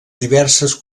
diverses